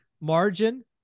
margin